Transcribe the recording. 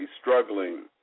struggling